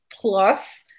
Plus